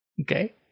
Okay